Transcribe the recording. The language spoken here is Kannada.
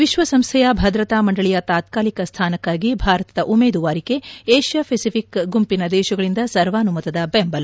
ವಿಶ್ವಸಂಸ್ಡೆಯ ಭದ್ರತಾ ಮಂಡಳಿಯ ತಾತ್ಕಾಲಿಕ ಸ್ಥಾನಕ್ಕಾಗಿ ಭಾರತದ ಉಮೇದುವಾರಿಕೆ ಏಷ್ಯಾ ಪೆಸಿಫಿಕ್ ಗುಂಪಿನ ದೇಶಗಳಿಂದ ಸರ್ವಾನುಮತದ ಬೆಂಬಲ